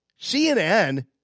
CNN